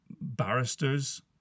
barristers